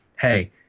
hey –